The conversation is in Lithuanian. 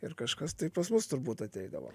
ir kažkas tai pas mus turbūt ateidavo